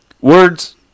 Words